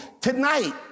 Tonight